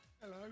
Hello